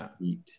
eat